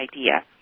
idea